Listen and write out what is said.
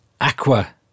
aqua